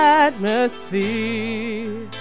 atmosphere